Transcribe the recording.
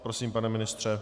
Prosím, pane ministře.